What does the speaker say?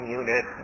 unit